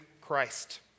Christ